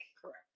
correct